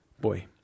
Boy